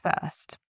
first